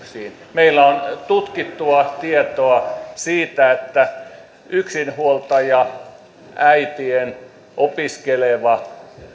meillä on tutkittua tietoa siitä että yksinhuoltajaäitien opiskelevista